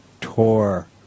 tore